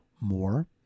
more